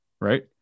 right